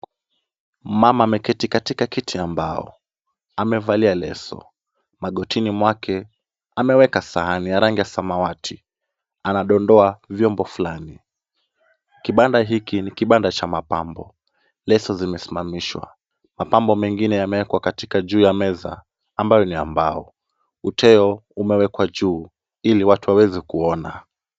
Mama ameketi katika kiti ya mbao ,amevalia leso ,magotini mwake ameweka sahani ya rangi ya samawati anadondoa vyombo fulani. Kibanda hiki ni cha mapambo . Leso zimesimamishwa ,mapambo mengine yamewekwa katika juu ya meza ambayo ni ya mbao. Uteo umewekwa juu ili watu waweze kuona.